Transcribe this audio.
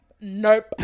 nope